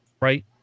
right